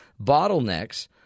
Bottlenecks